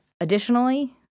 additionally